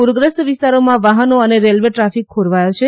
પૂરગ્રસ્ત વિસ્તારોમાં વાહનો અને રેલ્વે ટ્રાફિક ખોરવાયો છે